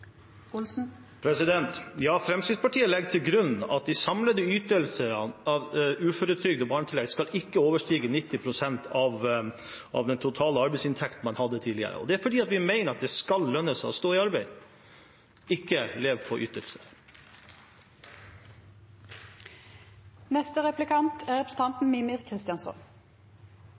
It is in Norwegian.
Fremskrittspartiet legger til grunn at de samlede ytelsene av uføretrygd og barnetillegg ikke skal overstige 90 pst. av den totale arbeidsinntekten man hadde tidligere. Det er fordi vi mener at det skal lønne seg å stå i arbeid, ikke leve på ytelser. Det var mange fine ord i representanten